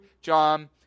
John